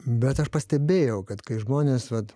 bet aš pastebėjau kad kai žmonės vat